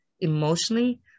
emotionally